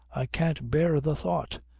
i can't bear the thought.